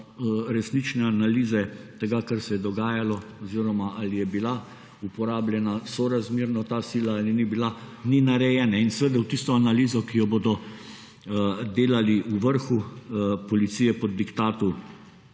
resnične analize tega, kar se je dogajalo oziroma ali je bila uporabljena sorazmerno ta sila ali ni bila, ni narejene. In seveda tisto analizo, ki jo bodo delali v vrhu policije po diktatu